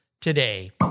today